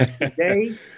Today